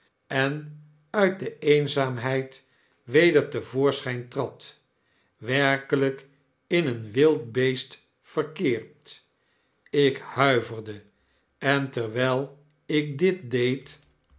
en uit de eenzaamheid weder te voorschijn trad werkelgk in een wild beest verkeerd ik huiverde en terwfil ik dit deed